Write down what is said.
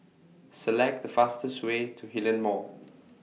Select The fastest Way to Hillion Mall